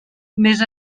més